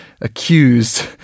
accused